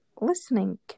listening